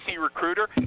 Recruiter